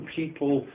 people